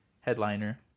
headliner